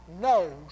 knows